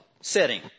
setting